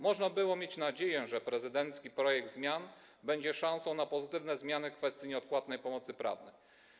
Można było mieć nadzieję, że prezydencki projekt ustawy będzie szansą na pozytywne zmiany w kwestii nieodpłatnej pomocy prawnej.